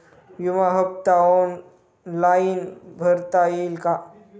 विमा हफ्ता ऑनलाईन भरता येईल का?